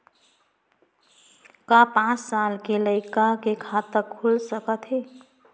का पाँच साल के लइका के खाता खुल सकथे?